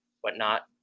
whatnot